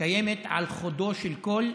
קיימות על חודו של קול.